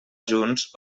junts